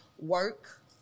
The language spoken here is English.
work